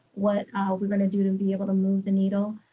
what we've gotta do to be able to move the needle.